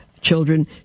children